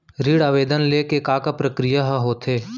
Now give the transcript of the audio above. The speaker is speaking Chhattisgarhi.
ऋण आवेदन ले के का का प्रक्रिया ह होथे?